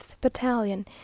Battalion